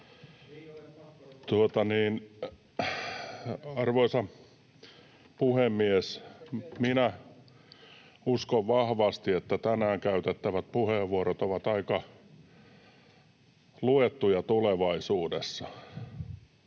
Arvoisa puhemies! Minä uskon vahvasti, että tänään käytettävät puheenvuorot ovat aika luettuja tulevaisuudessa.